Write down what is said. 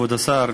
כבוד השר,